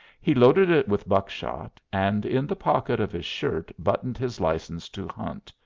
he loaded it with buckshot, and, in the pocket of his shirt buttoned his license to hunt,